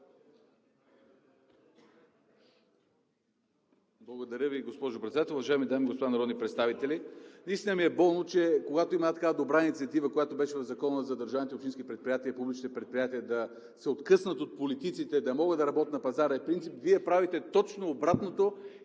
Благодаря Ви, госпожо Председател. Уважаеми дами и господа народни представители! Наистина ми е болно, че когато има една такава добра инициатива, която беше в Закона за публичните предприятия – държавните и общинските предприятия да се откъснат от политиците, да могат да работят на пазара, е принципно, Вие правите точно обратното.